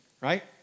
right